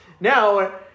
now